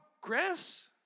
Progress